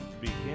begin